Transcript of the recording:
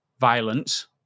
violence